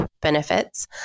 benefits